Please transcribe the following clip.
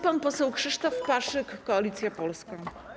Pan poseł Krzysztof Paszyk, Koalicja Polska.